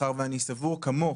מאחר ואני סבור, כמוך,